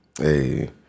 Hey